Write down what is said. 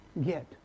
get